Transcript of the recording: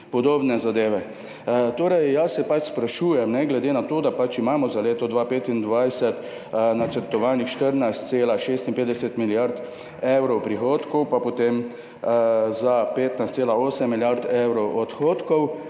gospod Kračun. Jaz se pač sprašujem, glede na to, da imamo za leto 2025 načrtovanih 14,56 milijard evrov prihodkov, pa potem za 15,8 milijard evrov odhodkov,